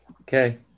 Okay